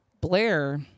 Blair